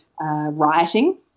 rioting